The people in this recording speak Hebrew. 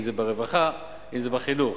אם ברווחה ואם בחינוך.